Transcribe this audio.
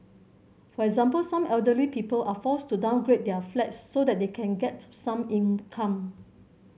for example some elderly people are forced to downgrade their flats so that they can get some income